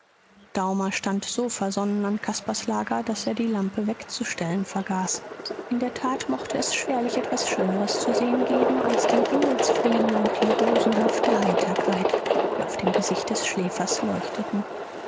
daumer stand so versonnen an caspars lager daß er die lampe wegzustellen vergaß in der tat mochte es schwerlich etwas schöneres zu sehen geben als den engelsfrieden und die rosenhafte heiterkeit die auf dem gesicht des schläfers leuchteten